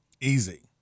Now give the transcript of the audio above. Easy